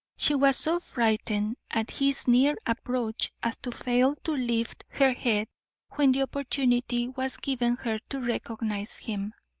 she was so frightened at his near approach as to fail to lift her head when the opportunity was given her to recognise him.